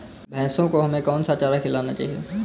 भैंसों को हमें कौन सा चारा खिलाना चाहिए?